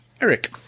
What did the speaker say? Eric